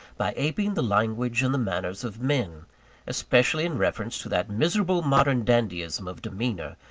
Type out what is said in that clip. by aping the language and the manners of men especially in reference to that miserable modern dandyism of demeanour,